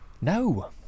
No